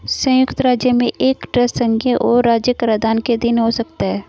संयुक्त राज्य में एक ट्रस्ट संघीय और राज्य कराधान के अधीन हो सकता है